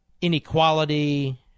inequality